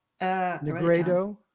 Negredo